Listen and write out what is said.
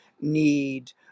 need